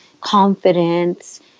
confidence